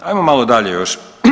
Ajmo malo dalje još.